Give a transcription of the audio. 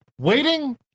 waiting